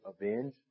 avenge